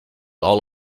all